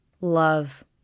love